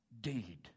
deed